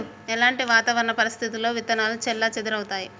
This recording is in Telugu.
ఎలాంటి వాతావరణ పరిస్థితుల్లో విత్తనాలు చెల్లాచెదరవుతయీ?